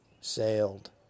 sailed